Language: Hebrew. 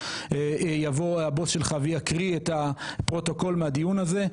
יבוא הבוס שלך ויקריא את הפרוטוקול מהדיון הזה,